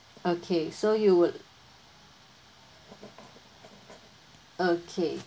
okay so you would okay